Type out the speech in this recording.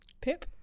Pip